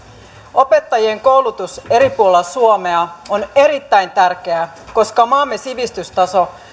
opettajien koulutus eri puolilla suomea on erittäin tärkeää koska maamme sivistystaso